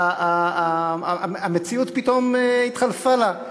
המציאות פתאום התחלפה לה.